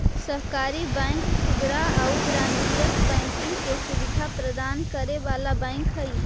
सहकारी बैंक खुदरा आउ वाणिज्यिक बैंकिंग के सुविधा प्रदान करे वाला बैंक हइ